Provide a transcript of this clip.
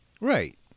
Right